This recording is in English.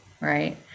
right